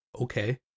Okay